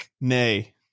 nay